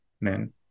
men